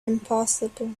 impossible